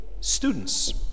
students